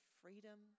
freedom